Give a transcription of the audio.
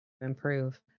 improve